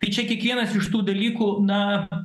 tai čia kiekvienas iš tų dalykų na